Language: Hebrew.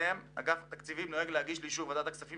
אגף התקציבים נוהג להגיש לאישור ועדת הכספים